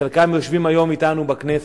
וחלקם יושבים היום אתנו בכנסת,